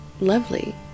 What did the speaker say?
lovely